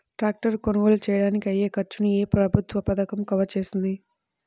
Tractor కొనుగోలు చేయడానికి అయ్యే ఖర్చును ఏ ప్రభుత్వ పథకం కవర్ చేస్తుంది?